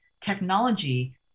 Technology